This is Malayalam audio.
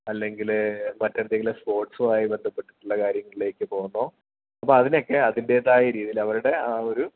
അല്ലെങ്കില് മറ്റെന്തെങ്കിലും സ്പോർട്സും ആയി ബന്ധപ്പെട്ടിട്ടുള്ള കാര്യങ്ങളിലേക്ക് പോകുമ്പോൾ അതിനൊക്കെ അതിൻ്റെതായ രീതിയിൽ അവരുടെ ആ ഒരു